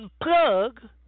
unplug